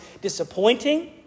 disappointing